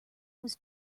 was